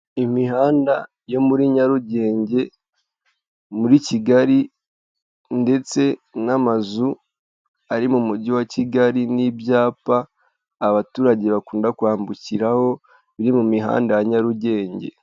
Imihanda yo muri Nyarugenge muri Kigali ndetse n'amazu ari mu mujyi wa Kigali n'ibyapa abaturage bakunda kwambukiraho biri mu mihanda ya Nyarugenge.